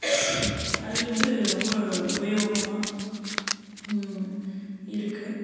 அது வந்து ரொம்ப உபயோகமாக இருக்குது